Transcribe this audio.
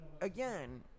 again